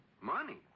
Money